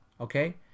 okay